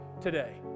today